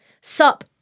sup